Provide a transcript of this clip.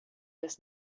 das